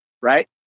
right